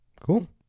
Cool